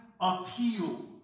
appeal